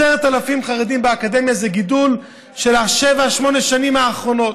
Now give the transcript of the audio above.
10,000 חרדים באקדמיה זה גידול של שבע-שמונה השנים האחרונות.